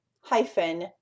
hyphen